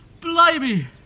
Blimey